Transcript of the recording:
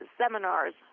seminars